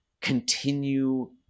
continue